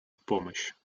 помощь